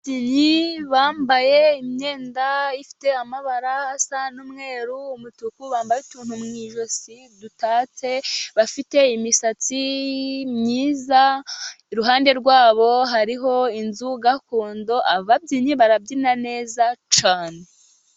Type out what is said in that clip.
Ababyinnyi bambaye imyenda ifite amabara asa n'umweru, umutuku, bambaye utuntu mu ijosi dutatse, bafite imisatsi myiza, iruhande rwabo hariho inzu gakondo, ababyinnyi barabyina neza cyane.